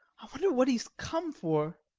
i wonder what he's come for.